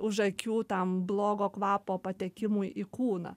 už akių tam blogo kvapo patekimui į kūną